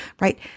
right